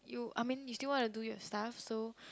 you I mean you still want to do your stuff so